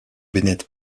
bennett